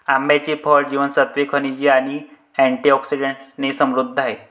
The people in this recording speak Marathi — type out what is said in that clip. आंब्याचे फळ जीवनसत्त्वे, खनिजे आणि अँटिऑक्सिडंट्सने समृद्ध आहे